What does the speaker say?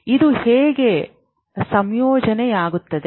ಇದು ಹೇಗೆ ಸಂಯೋಜನೆಯಾಗುತ್ತದೆ